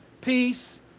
peace